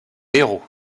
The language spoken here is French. héros